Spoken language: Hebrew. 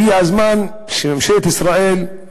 הגיע הזמן שממשלת ישראל,